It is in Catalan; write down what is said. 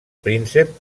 príncep